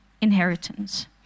inheritance